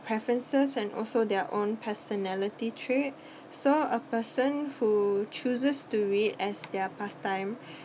preferences and also their own personality trait so a person who chooses to read as their pastime